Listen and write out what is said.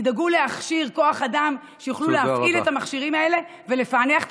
תדאגו להכשיר כוח אדם שיוכלו להפעיל את המכשירים האלה ולפענח את